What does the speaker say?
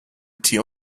tier